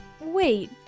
Wait